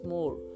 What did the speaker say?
More